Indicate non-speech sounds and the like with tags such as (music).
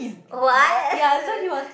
oh what (laughs)